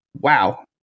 wow